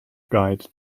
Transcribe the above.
guide